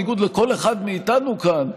בניגוד לכל אחד מאיתנו כאן,